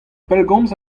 pellgomz